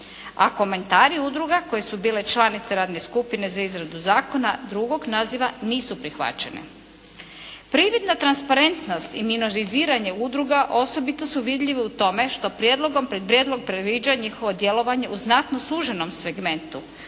A komentari udruga koje su bile članice Radne skupine za izradu zakona drugog naziva nisu prihvaćene. Prividna transparentnost i minoriziranje udruga osobito su vidljive u tome što prijedlogom, prijedlog predviđa njihovo djelovanje u znatno suženom segmentu